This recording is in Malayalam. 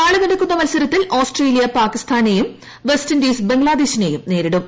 നാളെ നടക്കുന്ന മത്സരത്തിൽ ഓസ്ട്രേലിയ പാകിസ്ഥാനെയും വെസ്റ്റിൻഡീസ് ബംഗ്ലാദേശിനെയും നേരിടും